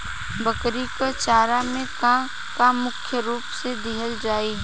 बकरी क चारा में का का मुख्य रूप से देहल जाई?